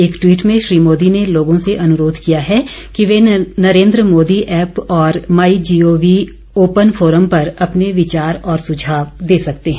एक ट्वीट में श्री मोदी ने लोगों से अनुरोध किया है कि वे नरेन्द्र मोदी ऐप और my G O V open forum पर अपने विचार और सुझाव दे सकते हैं